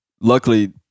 luckily –